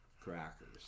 Crackers